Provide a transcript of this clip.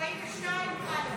42 א'.